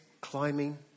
climbing